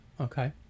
Okay